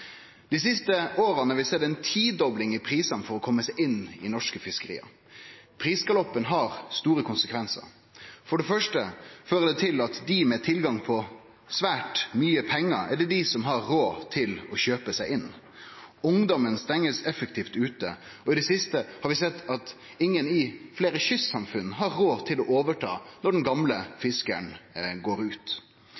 Dei siste åra har vi sett ei tidobling av prisane for å kome seg inn i norske fiskeri. Prisgaloppen har store konsekvensar. For det første fører det til at dei med tilgang til svært mykje pengar, er dei som har råd til å kjøpe seg inn. Ungdom blir effektivt stengd ute, og i det siste har vi sett at i fleire kystsamfunn har ingen råd til å overta når den gamle